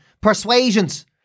persuasions